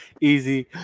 easy